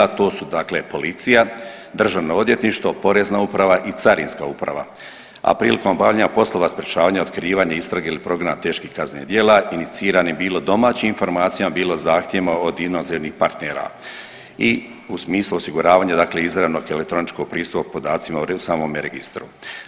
To su dakle policija, Državno odvjetništvo, Porezna uprava i Carinska uprava, a prilikom obavljanja poslova sprječavanja otkrivanja istrage ili progona teških kaznenih djela inicirano bilo domaćim informacijama bilo zahtjevima od inozemnih partnera i u smislu osiguravanja dakle, izravnog elektroničkog pristupa podacima u samome registru.